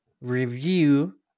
review